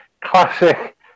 classic